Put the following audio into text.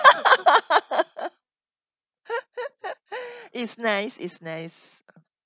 it's nice it's nice